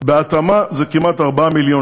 זה כמו קו בר-לב.